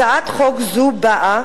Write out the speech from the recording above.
הצעת חוק זו באה,